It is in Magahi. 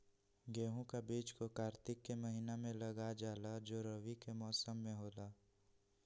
गेहूं का बीज को कार्तिक के महीना में लगा जाला जो रवि के मौसम में होला